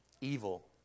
evil